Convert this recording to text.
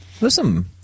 Listen